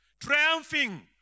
triumphing